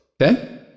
Okay